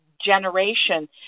generation